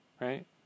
right